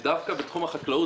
דווקא בתחום החקלאות,